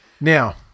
Now